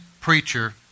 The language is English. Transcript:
preacher